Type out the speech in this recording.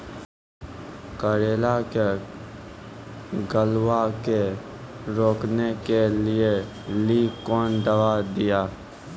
करेला के गलवा के रोकने के लिए ली कौन दवा दिया?